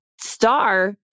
star